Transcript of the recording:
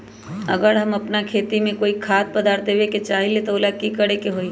अगर हम अपना खेती में कोइ खाद्य पदार्थ देबे के चाही त वो ला का करे के होई?